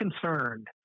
concerned